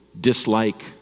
dislike